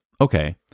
okay